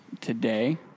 today